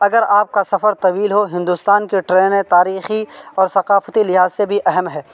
اگر آپ کا سفر طویل ہو ہندوستان کے ٹرینیں تاریخی اور ثقافتی لحاظ سے بھی اہم ہے